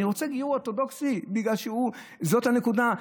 רוצה גיור אורתודוקסי בגלל שזאת הנקודה,